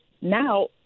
now